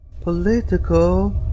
Political